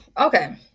Okay